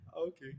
Okay